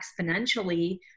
exponentially